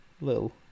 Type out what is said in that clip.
little